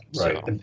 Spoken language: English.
Right